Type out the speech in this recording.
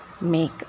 make